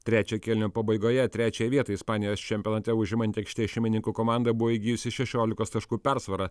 trečio kėlinio pabaigoje trečiąją vietą ispanijos čempionate užimanti aikštės šeimininkų komanda buvo įgijusi šešiolikos taškų persvarą